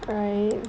right